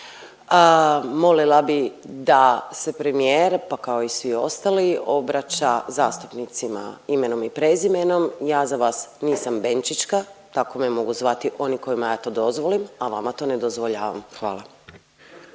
molila bih da se premijer, pa kao i svi ostali obraća zastupnicima imenom i prezimenom, ja za vas nisam Benčićka, tako me mogu zvati oni kojima ja to dozvolim, a vama to ne dozvoljavam. Hvala.